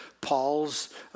Paul's